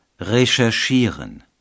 Recherchieren